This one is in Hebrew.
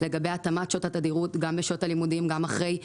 לבצע התאמת שעות ותדירות האוטובוסים גם בשעות הלימודים וגם אחרי.